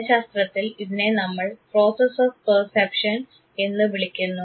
മനഃശാസ്ത്രത്തിൽ ഇതിനെ നമ്മൾ process of perception എന്നു വിളിക്കുന്നു